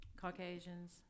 Caucasians